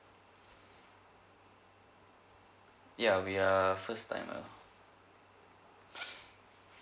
ya we are first timer